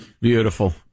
Beautiful